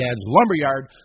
lumberyard